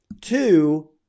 Two